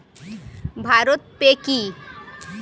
Bharat pay কি?